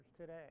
today